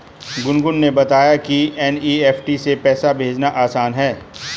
गुनगुन ने बताया कि एन.ई.एफ़.टी से पैसा भेजना आसान है